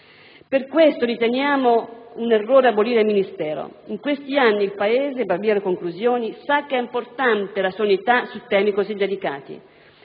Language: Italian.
Per questo riteniamo un errore abolire il Ministero. In questi anni il Paese sa che è importante la sua unità su temi così delicati.